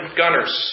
gunners